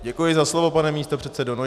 Děkuji za slovo, pane místopředsedo.